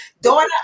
daughter